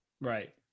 Right